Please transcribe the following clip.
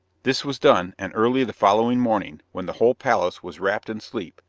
this was done, and early the following morning, when the whole palace was wrapped in sleep,